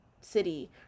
city